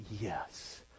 yes